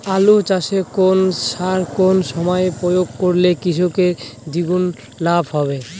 আলু চাষে কোন সার কোন সময়ে প্রয়োগ করলে কৃষকের দ্বিগুণ লাভ হবে?